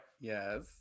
Yes